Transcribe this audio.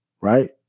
right